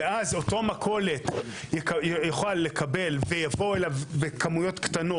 ואז אותה מכולת יוכל לקבל ויבואו אליו בכמויות קטנות.